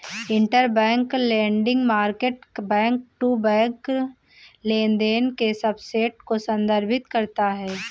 interbank lending market back to back लेनदेन के subset को संदर्भित करता है